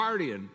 partying